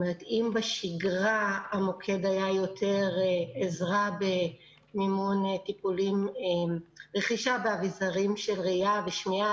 אם בשגרה המוקד היה יותר עזרה במימון רכישה ואביזרים של ראייה ושמיעה,